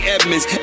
Edmonds